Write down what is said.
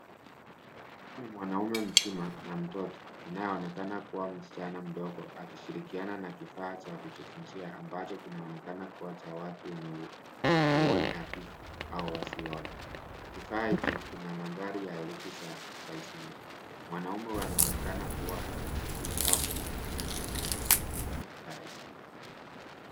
Huyu ni mwanaume mzima na mtoto anayeonekana kuwa msichana mdogo akishirikiana na kifaa cha kujifunzia ambacho kinaonekana kuwa cha watu wenye uoni hafifu au wasioona. Kifaa hicho kina nambari ya herufi za rasili .Mwanaume anaonekana kuwa akimfundisha au kumsaidia mtoto huyo kutumia kifaa hicho.